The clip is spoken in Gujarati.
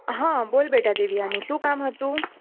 હં બોલ બેટા દેવ્યાની શું કામ હતું